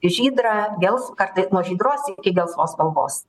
žydrą gelsvą kartais nuo žydros iki gelsvos spalvos